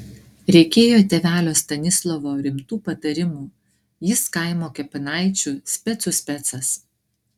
reikėjo tėvelio stanislovo rimtų patarimų jis kaimo kapinaičių specų specas